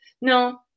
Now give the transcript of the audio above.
No